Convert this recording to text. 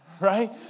right